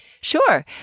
Sure